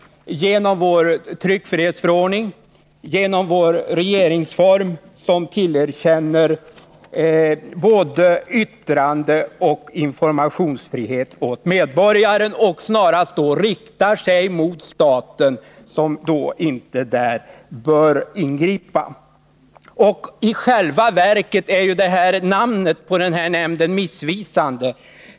Det har garanterats genom vår tryckfrihetsförordning, genom vår regeringsform, som tillerkänner medborgaren både yttrandeoch informationsfrihet och snarast då riktar sig mot staten, som inte där bör ingripa. Och i själva verket är ju namnet på nämnden missvisande.